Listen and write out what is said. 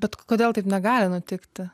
bet kodėl taip negali nutikti